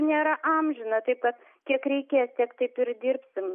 nėra amžina taip kad kiek reikės tiek taip ir dirbsim